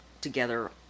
together